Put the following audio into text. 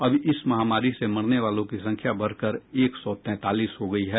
अब इस महामारी से मरने वालों की संख्या बढ़कर एक सौ तैंतालीस हो गयी है